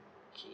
okay